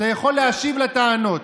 אתה יכול להשיב על הטענות.